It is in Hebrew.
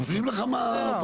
מפריעים לך מהאופוזיציה.